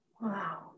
Wow